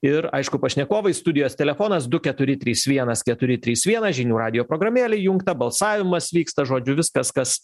ir aišku pašnekovai studijos telefonas du keturi trys vienas keturi trys vienas žinių radijo programėlė įjungta balsavimas vyksta žodžiu viskas kas